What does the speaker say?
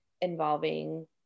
involving